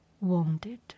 wounded